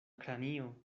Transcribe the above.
kranio